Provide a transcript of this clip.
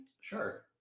Sure